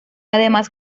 además